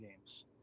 games